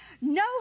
no